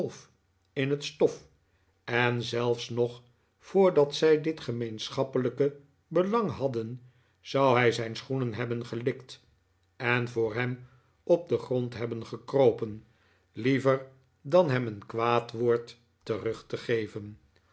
in het stof en zelfs nog voordat zij dit gemeenschappelijke belang hadden zou hij zijn schoenen hebben gelikt en voor hem op den grond hebben gekropen liever dan hem een kwaad woord terug te geven